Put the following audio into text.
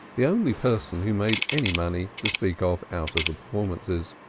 the only person who made any money, to speak of, out of the performances.